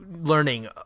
learning